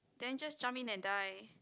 then just jump in and die